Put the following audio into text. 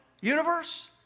universe